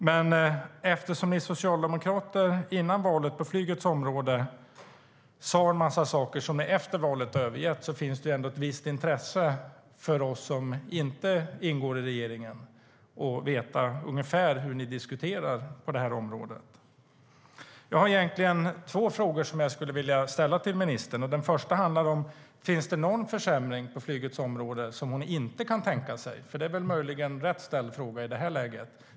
Men eftersom Socialdemokraterna, före valet, sa en massa saker om flyget som de har övergett efter valet finns det ett visst intresse för oss som inte ingår i regeringen att få veta ungefär vad de diskuterar när det gäller det här området. Jag vill ställa frågor till ministern. Finns det någon försämring på flygets område som hon inte kan tänka sig? Frågan är möjligen ställd på rätt sätt i det här läget.